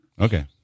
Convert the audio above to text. Okay